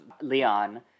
Leon